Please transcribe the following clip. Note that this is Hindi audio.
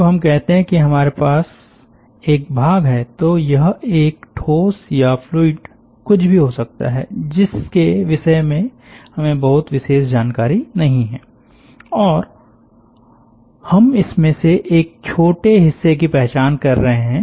जब हम कहते हैं कि हमारे पास एक भाग है तो यह एक ठोस या फ्लूइड कुछ भी हो सकता है जिसके विषय में हमें बहुत विशेष जानकारी नहीं हैं और हम इसमें से एक छोटे हिस्से की पहचान कर रहे हैं